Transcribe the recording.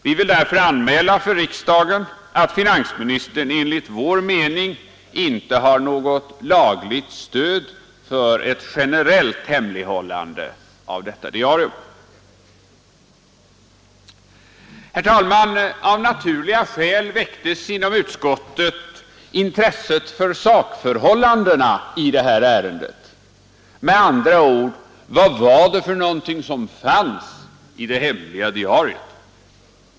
Vi vill därför anmäla för riksdagen att finansministern enligt vår mening icke har något lagligt stöd för ett generellt hemlighållande av detta diarium. Herr talman! Av naturliga skäl väcktes inom utskottet intresset för sakförhållandena i dessa ärenden. Med andra ord: Vad var det som fanns i det hemliga diariet?